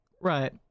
Right